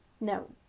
No